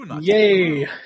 Yay